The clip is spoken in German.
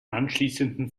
anschließenden